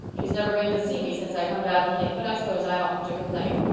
she's never been to see me since i come to avonlea, but i s'pose i oughtn't to complain.